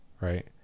right